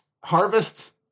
harvests